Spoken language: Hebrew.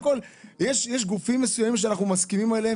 יש גופים מסוימים שאנחנו מסכימים עליהם